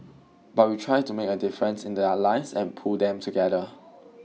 but we try to make a difference in their lives and pull them together